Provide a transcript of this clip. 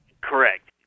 Correct